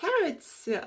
carrots